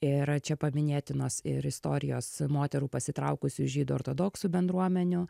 ir čia paminėtinos ir istorijos moterų pasitraukusių iš žydų ortodoksų bendruomenių